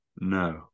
No